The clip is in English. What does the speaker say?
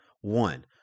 one